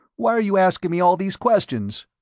why are you asking me all these questions?